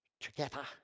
together